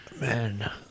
Man